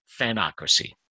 Fanocracy